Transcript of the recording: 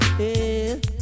hey